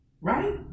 Right